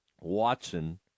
Watson –